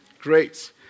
Great